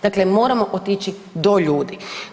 Dakle, moramo otići do ljudi.